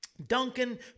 duncan